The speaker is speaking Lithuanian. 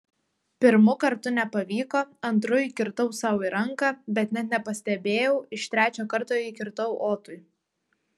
pirmu kartu nepavyko antru įkirtau sau į ranką bet net nepastebėjau iš trečio karto įkirtau otui